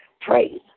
Praise